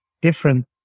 different